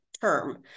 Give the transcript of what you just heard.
term